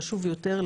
חשוב יותר,